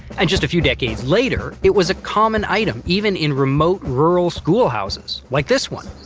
and just a few decades later, it was a common item even in remote rural schoolhouses, like this one.